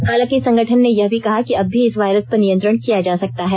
हालांकि संगठन ने यह भी कहा कि अब भी इस वायरस पर नियंत्रण किया जा सकता है